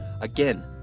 Again